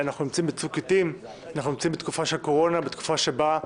אני רוצה להעלות את הנושא הזה של הצעות החוק כפי שביקשה הממשלה.